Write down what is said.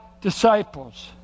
disciples